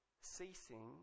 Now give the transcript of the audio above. ceasing